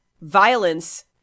violence